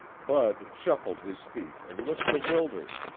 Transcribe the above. bud shuffled his feet and looked bewildered.